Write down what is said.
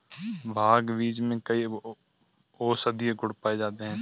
भांग बीज में कई औषधीय गुण पाए जाते हैं